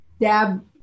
Dab